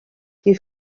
qui